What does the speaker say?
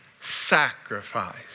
sacrifice